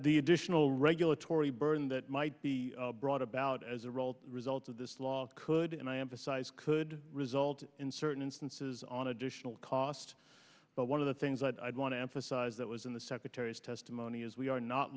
the additional regulatory burden that might be brought about as a role result of this law could and i emphasize could result in certain instances on additional cost but one of the things i'd want to emphasize that was in the secretary's testimony is we are not